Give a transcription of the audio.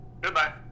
goodbye